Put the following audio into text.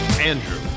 Andrew